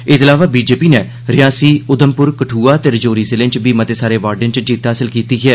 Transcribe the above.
एहदे अलावा बीजेपी नै रियासी उधमपुर कदुआ ते रजौरी जिलें च बी मते सारे वार्डे च जित्त हासल कीती ऐ